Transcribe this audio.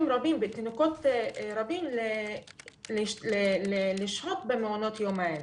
ותינוקות רבים לשהות במעונות היום האלה,